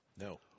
No